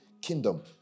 Kingdom